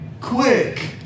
quick